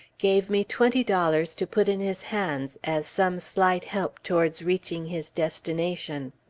gave me twenty dollars to put in his hands, as some slight help towards reaching his destination.